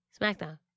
SmackDown